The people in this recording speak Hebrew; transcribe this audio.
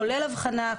כולל אבחנה,